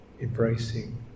embracing